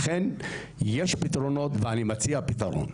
לכן, יש פתרונות, ואני מציע פתרון.